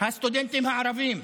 הסטודנטים הערבים.